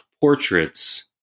portraits